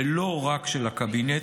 ולא רק של הקבינט,